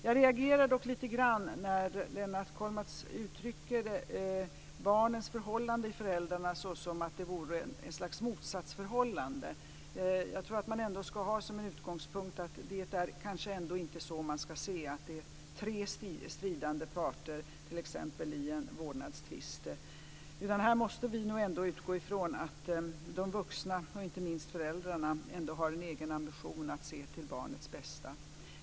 Jag reagerar dock lite grann när Lennart Kollmats uttrycker barnets förhållande till föräldrarna som om de vore i ett slags motsatsförhållande. Jag tror att man ska ha som utgångspunkt att inte se det som tre stridande parter i t.ex. en vårdnadstvist, utan här måste vi nog ändå utgå från att de vuxna, inte minst föräldrarna, har en egen ambition att se till barnets bästa.